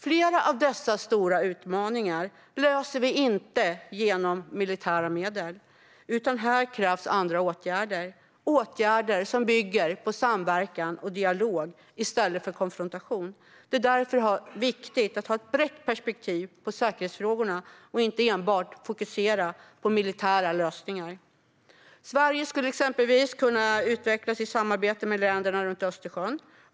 Flera av dessa stora utmaningar löser vi inte med militära medel, utan här krävs andra åtgärder som bygger på samverkan och dialog i stället för konfrontation. Det är därför viktigt att ha ett brett perspektiv på säkerhetsfrågorna och inte enbart fokusera på militära lösningar. Sverige skulle exempelvis kunna utvecklas i samarbete med länderna runt Östersjön.